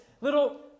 little